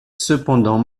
cependant